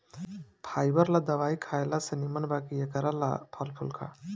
fibre ला दवाई खएला से निमन बा कि एकरा ला फल फूल खा